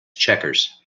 checkers